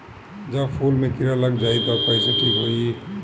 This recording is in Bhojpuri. जब फूल मे किरा लग जाई त कइसे ठिक होई?